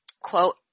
Quote